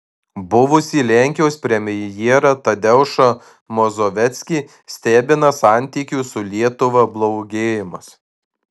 buvusį lenkijos premjerą tadeušą mazoveckį stebina santykių su lietuva blogėjimas